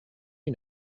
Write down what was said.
you